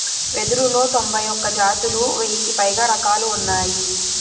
వెదురులో తొంభై ఒక్క జాతులు, వెయ్యికి పైగా రకాలు ఉన్నాయి